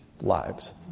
lives